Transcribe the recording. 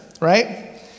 right